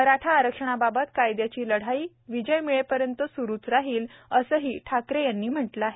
मराठा आरक्षणाबाबत कायदयाची लढाई विजय मिळेपर्यंत सुरुच राहील असंही ठाकरे यांनी म्हटलं आहे